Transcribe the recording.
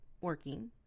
working